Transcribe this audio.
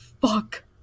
fuck